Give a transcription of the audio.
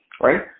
right